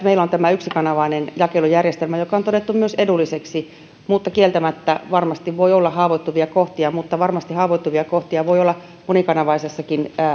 meillä on tämä yksikanavainen jakelujärjestelmä joka on todettu myös edulliseksi mutta kieltämättä siinä varmasti voi olla haavoittuvia kohtia mutta varmasti haavoittuvia kohtia voi olla monikanavaisessakin